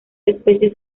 especies